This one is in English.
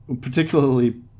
particularly